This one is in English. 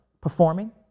performing